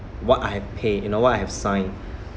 what I have paid you know what I have signed